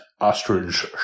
Ostrich